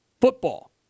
football